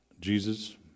Jesus